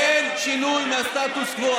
אין שינוי של הסטטוס קוו.